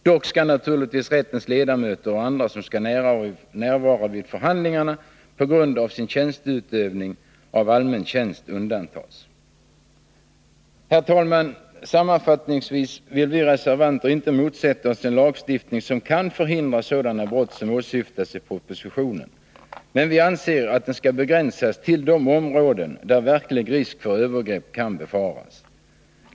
Dock skall naturligtvis rättens ledamöter och andra som skall närvara vid förhandlingarna på grund av sin utövning av allmän tjänst undantas. Herr talman! Sammanfattningsvis vill vi reservanter inte motsätta oss en lagstiftning som kan förhindra sådana brott som åsyftas i propositionen. Men vi anser att den skall begränsas till de områden där verklig risk för övergrepp kan finnas.